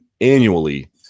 annually